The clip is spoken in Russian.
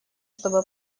чтобы